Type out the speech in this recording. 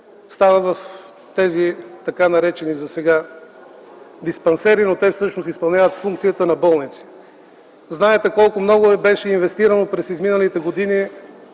става в тези, така наречени засега, диспансери, но те всъщност изпълняват функцията на болници. Знаете колко много беше инвестирано през изминалите години